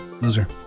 Loser